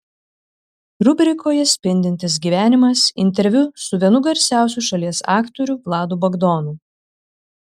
rubrikoje spindintis gyvenimas interviu su vienu garsiausių šalies aktorių vladu bagdonu